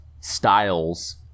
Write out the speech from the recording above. styles